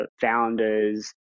founders